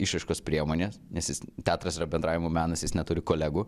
išraiškos priemonės nes jis teatras yra bendravimo menas jis neturi kolegų